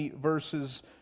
verses